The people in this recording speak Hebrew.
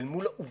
אל מול עובדות,